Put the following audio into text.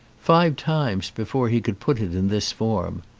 five times before he could put it in this form.